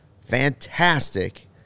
fantastic